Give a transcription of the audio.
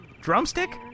drumstick